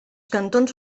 cantons